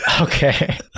Okay